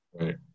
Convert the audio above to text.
Right